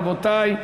רבותי?